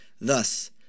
Thus